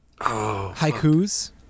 haikus